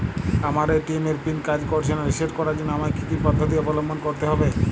আমার এ.টি.এম এর পিন কাজ করছে না রিসেট করার জন্য আমায় কী কী পদ্ধতি অবলম্বন করতে হবে?